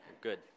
Good